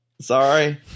Sorry